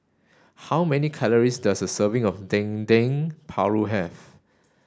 how many calories does a serving of Dendeng Paru have